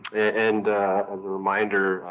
and as a reminder,